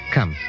Come